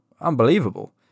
unbelievable